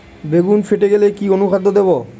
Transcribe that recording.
বেগুন ফেটে গেলে কি অনুখাদ্য দেবো?